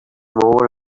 more